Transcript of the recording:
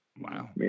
Wow